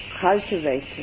cultivated